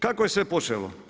Kako je sve počelo.